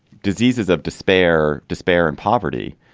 diseases of despair, despair and poverty.